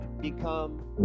become